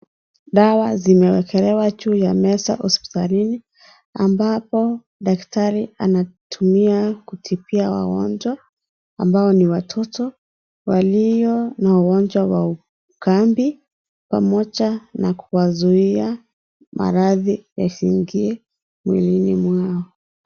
Dawa zimewekelewa juu ya meza hospitalini, ambapo daktari anatumia kutibia wagonjwa ambao ni watoto walio na ugonjwa wa ukambi, pamoja na kuwazuia maradhi yasiingie mwilini mwao.